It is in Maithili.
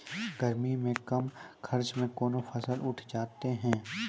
गर्मी मे कम खर्च मे कौन फसल उठ जाते हैं?